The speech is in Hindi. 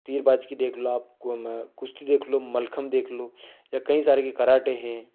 तीरबाज की देख लो आप को मैं कुश्ती देख लो मलखम्ब देख लो या कई सारे की कराटे है